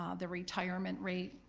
um the retirement rate,